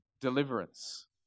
deliverance